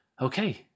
Okay